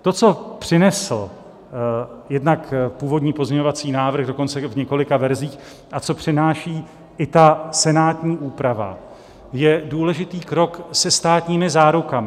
To, co přinesl jednak původní pozměňovací návrh dokonce v několika verzích a co přináší i ta senátní úprava, je důležitý krok se státními zárukami.